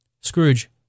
Scrooge